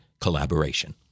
collaboration